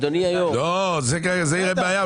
לא, זה יהיה בעיה.